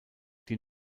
die